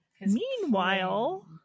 Meanwhile